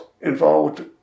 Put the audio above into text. involved